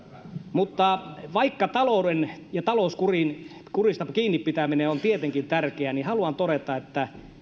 mutta vaikka talouskurista kiinni pitäminen on tietenkin tärkeää niin haluan todeta että